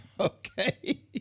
Okay